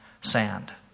sand